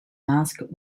mask